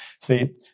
See